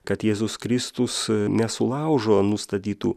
kad jėzus kristus nesulaužo nustatytų